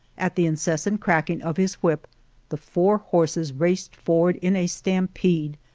at the incessant crack ing of his whip the four horses raced for ward in a stampede,